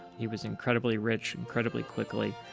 he was incredibly rich, incredibly quickly.